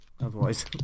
Otherwise